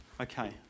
Okay